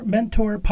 Mentor